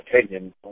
opinion